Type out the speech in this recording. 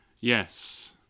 Yes